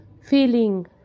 Feeling